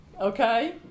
okay